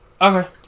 Okay